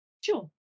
Sure